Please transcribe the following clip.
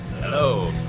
Hello